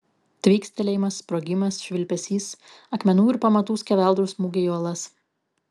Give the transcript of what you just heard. tvykstelėjimas sprogimas švilpesys akmenų ir pamatų skeveldrų smūgiai į uolas